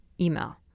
email